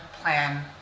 plan